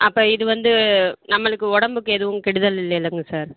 அப்போ இது வந்து நம்மளுக்கு உடம்புக்கு எதுவும் கெடுதல் இல்லைல்லங்க சார்